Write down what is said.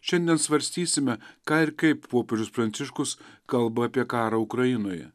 šiandien svarstysime ką ir kaip popiežius pranciškus kalba apie karą ukrainoje